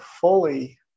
fully